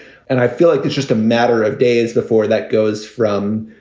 and i feel like it's just a matter of days before that goes from,